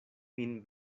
min